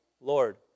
Lord